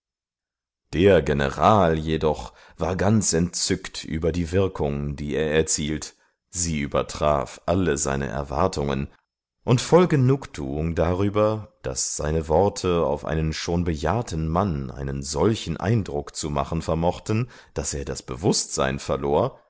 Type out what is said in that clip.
der general jedoch war ganz entzückt über die wirkung die er erzielt sie übertraf alle seine erwartungen und voll genugtuung darüber daß seine worte auf einen schon bejahrten mann einen solchen eindruck zu machen vermochten daß er das bewußtsein verlor